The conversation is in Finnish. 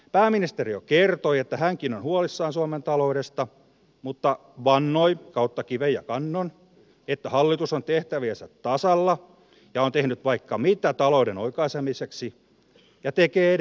pääministeri jo kertoi että hänkin on huolissaan suomen taloudesta mutta vannoi kautta kiven ja kannon että hallitus on tehtäviensä tasalla ja on tehnyt vaikka mitä talouden oikaisemiseksi ja tekee edelleen